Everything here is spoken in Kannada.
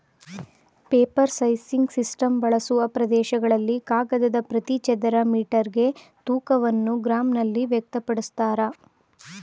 ಪೇಪರ್ ಸೈಸಿಂಗ್ ಸಿಸ್ಟಮ್ ಬಳಸುವ ಪ್ರದೇಶಗಳಲ್ಲಿ ಕಾಗದದ ಪ್ರತಿ ಚದರ ಮೀಟರ್ಗೆ ತೂಕವನ್ನು ಗ್ರಾಂನಲ್ಲಿ ವ್ಯಕ್ತಪಡಿಸ್ತಾರೆ